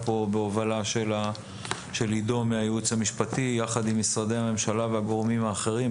כאן בהובלה של עידו מהייעוץ המשפטי יחד עם משרדי הממשלה והגורמים האחרים.